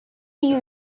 you